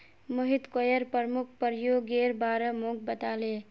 Mohit coir प्रमुख प्रयोगेर बारे मोक बताले